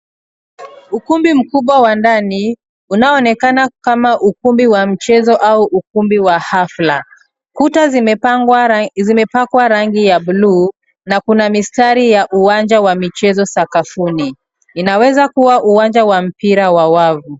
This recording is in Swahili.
Ukumbi mkubwa wa ndani unaoonekana kama ukumbi wa chezo au ukumbi wa hafla. Kuta zimepakwa rangi ya bluu na kuna mistari ya uwanja wa michezo sakafuni. Inaweza kuwa uwanja wa mpira wa wavu.